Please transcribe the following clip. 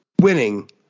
winning